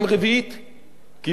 כי בתקופה קודמת,